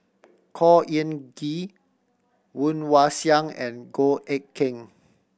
Khor Ean Ghee Woon Wah Siang and Goh Eck Kheng